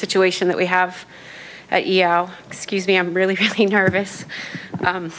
situation that we have yeah excuse me i'm really really nervous